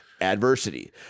Adversity